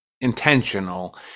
intentional